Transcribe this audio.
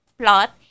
plot